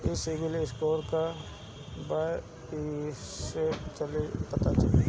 ई CIBIL score का बा कइसे पता चली?